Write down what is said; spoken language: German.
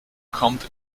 kommt